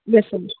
yes sir